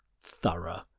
thorough